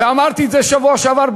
ואמרתי את זה בשבוע שעבר,